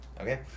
Okay